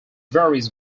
varies